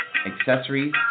accessories